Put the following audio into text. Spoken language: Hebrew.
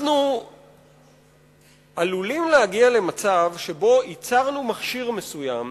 אנחנו עלולים להגיע למצב שבו ייצרנו מכשיר מסוים,